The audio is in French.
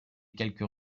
quelques